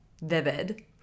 vivid